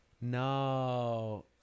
No